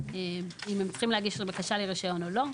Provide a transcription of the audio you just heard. האם אם צריכים להגיש את הבקשה לרישיון או לא.